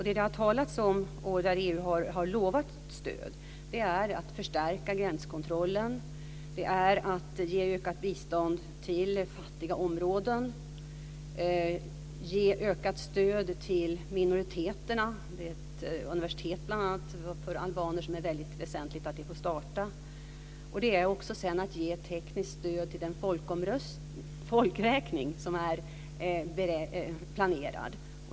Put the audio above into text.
EU har lovat att ge stöd för att förstärka gränskontrollen, ge ökat bistånd till fattiga områden och ge ökat stöd till minoriteterna. Det gäller bl.a. ett universitet för albaner. Det är väldigt väsentligt att det får starta. Det handlar också om ett ge tekniskt stöd till den folkräkning som är planerad.